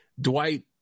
dwight